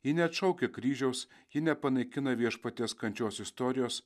ji neatšaukia kryžiaus ji nepanaikina viešpaties kančios istorijos